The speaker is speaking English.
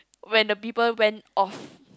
when the beeper went off